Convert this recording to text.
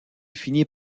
finit